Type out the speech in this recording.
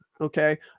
okay